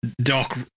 Doc